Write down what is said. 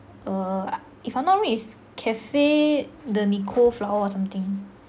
err if I'm not wrong is cafe de nicole's flower or something